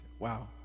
Wow